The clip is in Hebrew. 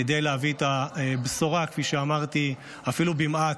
כדי להביא את הבשורה, כפי שאמרתי, אפילו במעט,